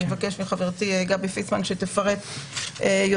אני אבקש מחברתי גבי פיסמן שתפרט יותר.